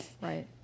Right